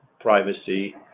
privacy